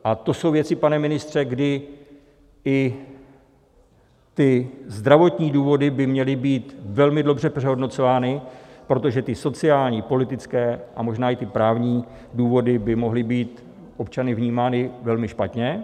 A to jsou věci, pane ministře, kdy i ty zdravotní důvody by měly být velmi dobře přehodnocovány, protože ty sociální, politické a možná i ty právní důvody by mohly být občany vnímány velmi špatně.